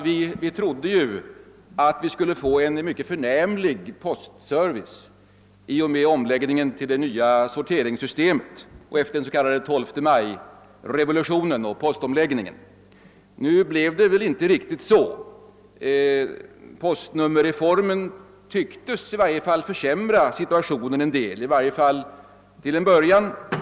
Vi trodde ju att vi skulle få en mycket förnämlig postservice i och med omläggningen till det nya postsorteringssystemet och efter den s.k. 12 maj-revolutionen beträffande postgången. Det blev inte riktigt så. Postnummerreformen tycktes i stället försämra situationen, i varje fall till en början.